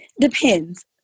Depends